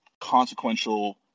consequential